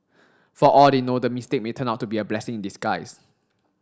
for all they know the mistake may turn out to be a blessing in disguise